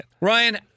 Ryan